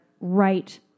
right